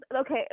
okay